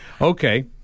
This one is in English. Okay